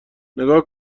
نگاه